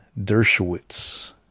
Dershowitz